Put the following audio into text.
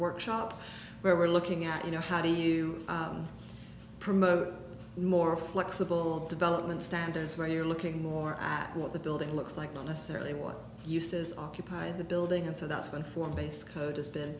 workshop where we're looking at you know how do you promote more flexible development standards where you're looking more at what the building looks like not necessarily what uses occupied the building and so that's been one base code has been